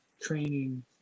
training